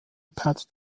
pat